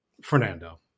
Fernando